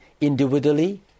individually